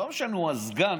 לא משנה, הוא הסגן